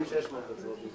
ארבל תגיד כמה דברי פתיחה.